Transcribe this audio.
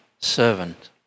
servant